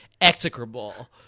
execrable